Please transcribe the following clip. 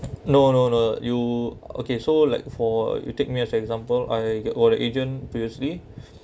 no no no you okay so like for you take me as example I get older agent previously